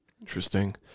Interesting